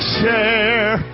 share